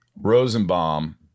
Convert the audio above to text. Rosenbaum